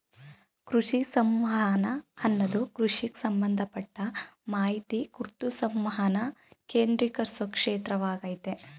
ಕೃಷಿ ಸಂವಹನ ಅನ್ನದು ಕೃಷಿಗ್ ಸಂಬಂಧಪಟ್ಟ ಮಾಹಿತಿ ಕುರ್ತು ಸಂವಹನನ ಕೇಂದ್ರೀಕರ್ಸೊ ಕ್ಷೇತ್ರವಾಗಯ್ತೆ